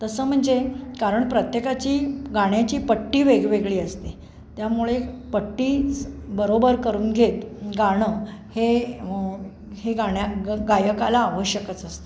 तसं म्हणजे कारण प्रत्येकाची गाण्याची पट्टी वेगवेगळी असते त्यामुळे पट्टी बरोबर करून घेत गाणं हे हे गाण्या ग् गायकाला आवश्यकच असतं